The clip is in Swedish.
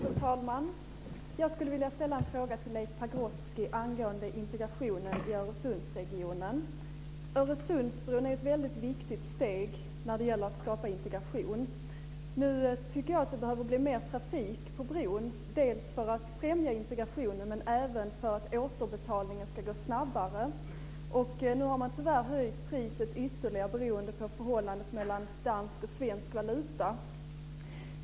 Fru talman! Jag skulle vilja ställa en fråga till Leif Öresundsbron är ett väldigt viktigt steg när det gäller att skapa integration. Nu tycker jag att det behöver bli mer trafik på bron, dels för att främja integrationen, dels för att återbetalningen ska gå snabbare. Nu har man tyvärr höjt priset ytterligare beroende på förhållandet mellan dansk och svensk valuta.